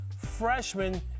freshman